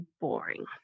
boring